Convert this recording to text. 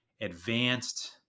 advanced